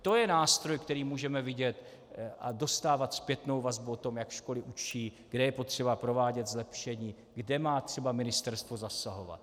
To je nástroj, který můžeme vidět, a dostávat zpětnou vazbu o tom, jak školy učí, kde je potřeba provádět zlepšení, kde má třeba ministerstvo zasahovat.